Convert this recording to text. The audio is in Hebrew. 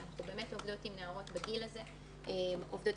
כשאנחנו באמת עובדות עם נערות בגיל הזה בבתי